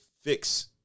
fix